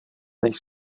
než